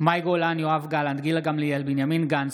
מאי גולן, יואב גלנט, גילה גמליאל, בנימין גנץ,